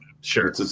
sure